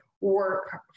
work